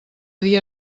dia